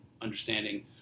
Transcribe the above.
understanding